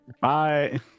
Bye